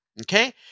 okay